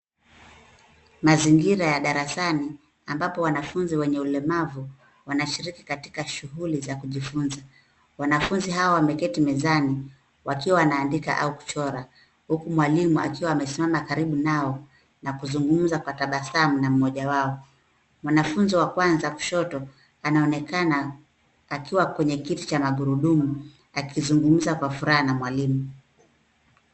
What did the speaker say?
Mazingira ya darasani ambapo wanafunzi wenye ulemavu wanashiriki katika shughuli za kujifunza. Wanafunzi hao wameketi mezani wakiwa wanaandika au kuchora huku mwalimu akiwa amesimama karibu nao na kuzungumza kwa tabasamu na mmoja wao. Mwanafunzi wa kwanza kushoto anaonekana akiwa kwenye kiti cha magurudumu akizungumza kwa furaha na mwalimu.